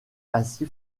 ainsi